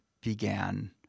began